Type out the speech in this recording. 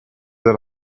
del